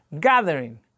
gathering